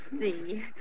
see